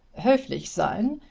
hoflich sein,